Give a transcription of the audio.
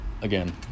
again